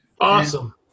Awesome